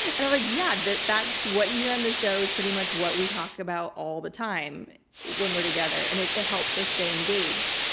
and yeah. that's what you hear on the show is pretty much what we talk about all the time when we're together and it it helps us stay engaged.